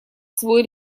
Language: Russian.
свой